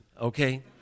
Okay